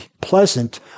pleasant